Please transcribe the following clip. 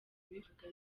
kubivuga